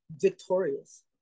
victorious